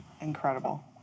Incredible